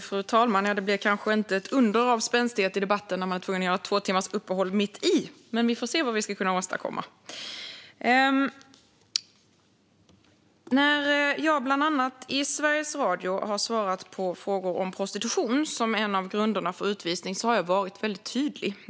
Fru talman! Det blir kanske inte ett under av spänstighet i debatten när man är tvungen att göra ett två timmars uppehåll mitt i, men vi får se vad vi kan åstadkomma. När jag bland annat i Sveriges Radio har svarat på frågor om prostitution som en av grunderna för utvisning har jag varit väldigt tydlig.